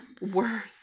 Worse